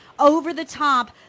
over-the-top